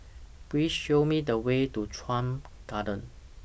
Please Show Me The Way to Chuan Garden